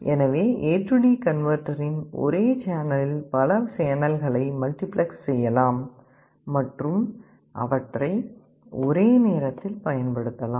எனவே ஏடி கன்வெர்ட்டரின்AD Converter ஒரே சேனலில் பல சேனல்களை மல்டிபிளக்ஸ் செய்யலாம் மற்றும் அவற்றை ஒரே நேரத்தில் பயன்படுத்தலாம்